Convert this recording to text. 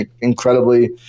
incredibly